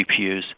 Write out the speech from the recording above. GPUs